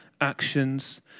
actions